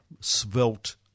svelte